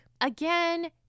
Again